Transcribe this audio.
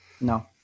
No